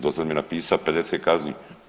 Do sada mi je napisao 50 kazni.